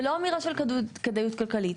זה לא אמירה של כדאיות כלכלית.